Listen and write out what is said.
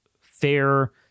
fair